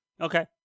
Okay